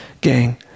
gang